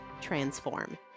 transform